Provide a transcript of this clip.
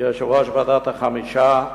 ויושב-ראש ועדת החמישה,